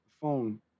phone